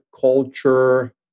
culture